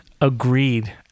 agreed